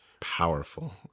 powerful